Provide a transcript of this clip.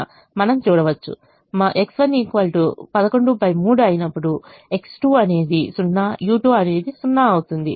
మనము చూడవచ్చు X1 113 అయినప్పుడు X2 అనేది 0 u2 అనేది 0 అవుతుంది